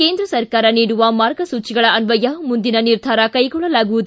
ಕೇಂದ್ರ ಸರ್ಕಾರ ನೀಡುವ ಮಾರ್ಗಸೂಚಿಗಳ ಅನ್ವಯ ಮುಂದಿನ ನಿರ್ಧಾರ ಕೈಗೊಳ್ಳಲಾಗುವುದು